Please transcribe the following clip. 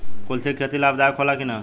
कुलथी के खेती लाभदायक होला कि न?